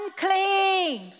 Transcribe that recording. Unclean